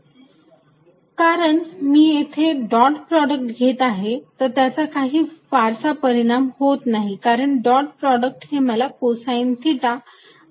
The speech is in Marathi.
rr p4π0r3 कारण मी इथे डॉट प्रॉडक्ट घेत आहे तर त्याचा काही फारसा परिणाम होत नाही कारण डॉट प्रॉडक्ट मला ते कोसाइन थिटा आधीच देत आहे